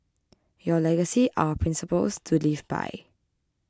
your legacy our principles to live by